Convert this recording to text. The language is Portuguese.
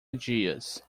dias